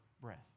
breath